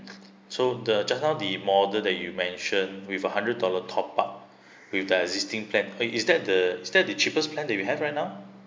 so the just now the model that you mentioned with a hundred dollar top up with the existing plan is is that the is that the cheapest plan that you have right now